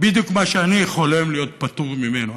בדיוק כמו שאני חולם להיות פטור ממנו.